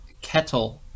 Kettle